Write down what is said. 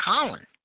Colin